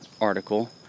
article